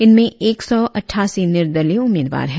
इनमें एक सौ अठासी निर्दलीय उम्मीदवार है